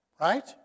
Right